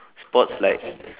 sports like